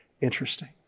interesting